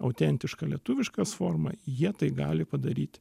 autentišką lietuvišką formą jie tai gali padaryt